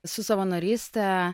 su savanoryste